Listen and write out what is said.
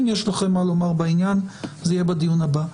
אם יש לכם מה לומר בעניין זה יהיה בדיון הבא.